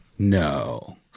No